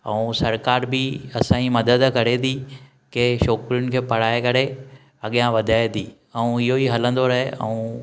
ऐं सरकार बि असांई मदद करे थी कि छोकिरिनि खे पढ़ाए करे अॻियां वधाए थी ऐं इहो ई हलन्दो रहे ऐं